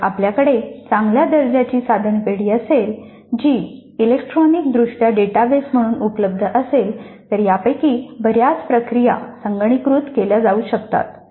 जर आपल्याकडे चांगल्या दर्जाची साधन पेढी असेल जी इलेक्ट्रॉनिकदृष्ट्या डेटाबेस म्हणून उपलब्ध असेल तर यापैकी बऱ्याच प्रक्रिया संगणकीकृत केल्या जाऊ शकतात